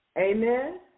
Amen